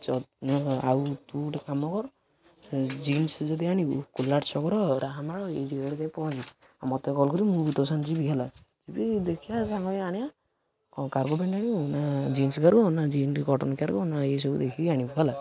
ଆଉ ତୁ ଗୋଟେ କାମ କର ଜିନ୍ସ ଯଦି ଆଣିବୁ କୋଲାଟ ଛକର ରାହାମାଳ ଏଇ ଜାଗାରେ ଯାଇ ପହଁଚିବୁ ଆଉ ମୋତେ କଲ୍ କରିବୁ ମୁଁ ବି ତୋ ସାଙ୍ଗେ ଯିବି ହେଲା ଯିବି ଦେଖିବା ସାଙ୍ଗ ହେଇ ଆଣିବା କ'ଣ କାରଗୋ ପ୍ୟାଣ୍ଟ ଆଣିବୁ ନା ଜିନ୍ସ କରିବୁ ନା ଜିନ୍ସ କଟନ କରିବୁ ନା ଏଇ ସବୁ ଦେଖିକି ଆଣିବୁ ହେଲା